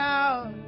out